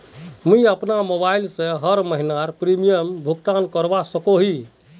मुई अपना मोबाईल से हर महीनार प्रीमियम भुगतान करवा सकोहो ही?